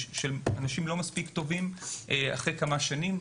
אנשים לא מספיק טובים אחרי כמה שנים,